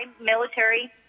military